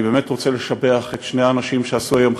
אני באמת רוצה לשבח את שני האנשים שעשו היום,